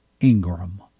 Ingram